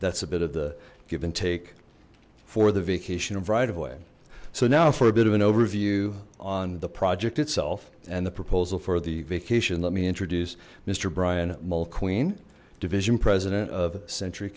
that's a bit of the give and take for the vacation of right of way so now for a bit of an overview on the project itself and the proposal for the vacation let me introduce mr bryan queen division president of century